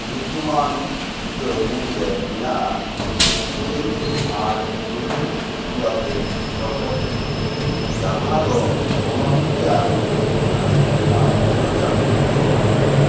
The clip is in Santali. ᱧᱩᱛᱩᱢᱟᱱ ᱩᱫᱟ ᱢᱩᱫᱽᱨᱮ ᱢᱮᱱᱟᱜᱼᱟ ᱥᱩᱠᱨᱤᱡᱤᱞ ᱟᱨ ᱞᱩᱢᱟ ᱧ ᱛᱤᱡᱩᱣ ᱟᱛᱮᱜ ᱨᱚᱠᱚᱡᱽ ᱩᱛᱩ ᱡᱟᱦᱟᱸ ᱫᱚ ᱯᱚᱱᱚᱛ ᱨᱮᱭᱟᱜ ᱢᱤᱫᱴᱟᱝ ᱟᱭᱢᱟ ᱠᱷᱚᱨᱚᱪᱟᱱ ᱡᱚᱢᱟᱜ